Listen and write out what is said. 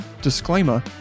disclaimer